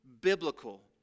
biblical